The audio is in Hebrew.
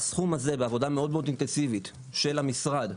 הסכום הזה בעבודה מאוד מאוד אינטנסיבית של המשרד,